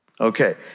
Okay